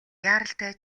яаралтай